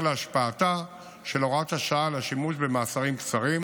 להשפעתה של הוראת השעה על השימוש במאסרים קצרים,